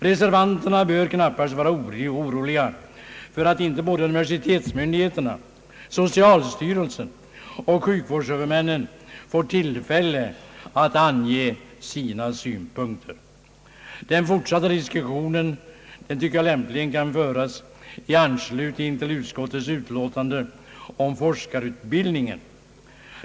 Reservanterna bör knappast vara oroliga för att inte såväl universitetsmyndigheterna, socialstyrelsen som = sjukvårdshuvud männen får tillfälle att ange sina synpunkter. Den fortsatta diskussionen kan enligt min mening lämpligen föras i anslutning till behandlingen av utskottets utlåtande om forskarutbildningen.